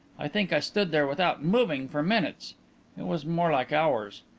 i think i stood there without moving for minutes it was more like hours.